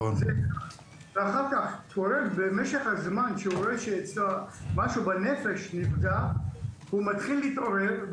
אחרי כן כשהוא רואה שמשהו בנפש שלו נפגע הוא מתחיל להתעורר,